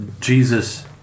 Jesus